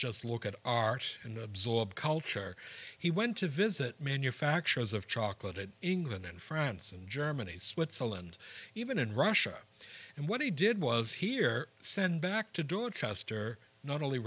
just look at art and absorb culture he went to visit manufacturers of chocolate england and france and germany switzerland even in russia and what he did was here send back to do it shuster not only